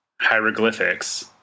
hieroglyphics